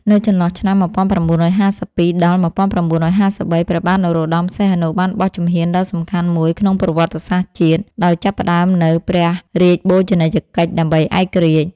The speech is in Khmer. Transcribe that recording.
នៅចន្លោះឆ្នាំ១៩៥២-១៩៥៣ ព្រះបាទនរោត្ដម សីហនុ បានបោះជំហានដ៏សំខាន់មួយក្នុងប្រវត្តិសាស្ត្រជាតិ ដោយចាប់ផ្ដើមនូវ ព្រះរាជបូជនីយកិច្ចដើម្បីឯករាជ្យ។